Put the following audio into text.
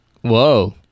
Whoa